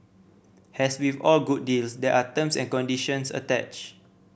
as with all good deals there are terms and conditions attached